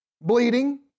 bleeding